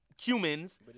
humans